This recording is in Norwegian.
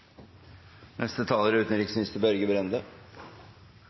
Neste taler er utenriksminister Børge Brende